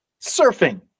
Surfing